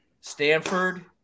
Stanford